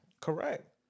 Correct